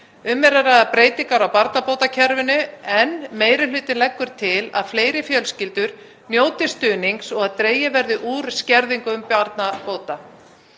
að ræða breytingar á barnabótakerfinu en meiri hlutinn leggur til að fleiri fjölskyldur njóti stuðnings og að dregið verði úr skerðingum barnabóta.